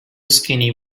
skinny